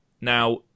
Now